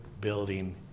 building